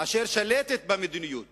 אשר שולטת במדיניות